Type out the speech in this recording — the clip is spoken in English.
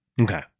Okay